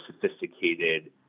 sophisticated